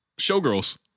Showgirls